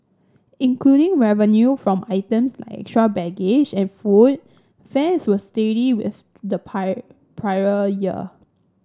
including revenue from items like extra baggage and food fares were steady with the prior year